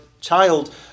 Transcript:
child